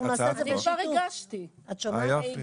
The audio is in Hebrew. אנחנו נעשה את זה בשיתוף --- אני כבר הגשתי --- 45 יום.